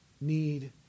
need